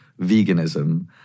veganism